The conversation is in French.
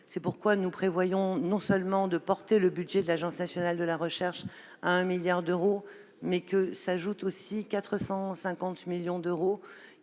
c'est pourquoi nous prévoyons, non seulement de porter le budget de l'Agence nationale de la recherche à 1 milliard d'euros, mais aussi d'ajouter 450 millions d'euros,